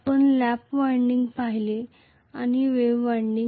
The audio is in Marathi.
आपण लॅप वायंडिंग पाहिले आणि वेव्ह वायंडिंग